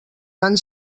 van